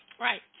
Right